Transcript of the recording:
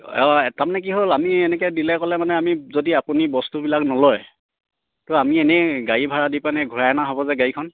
অঁ তাৰ মানে কি হ'ল আমি এনেকৈ দিলে ক'লে মানে আমি যদি আপুনি বস্তুবিলাক নলয় তো আমি এনেই গাড়ী ভাড়া দি পেনে ঘূৰাই অনা হ'ব যে গাড়ীখন